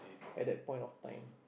at that point of time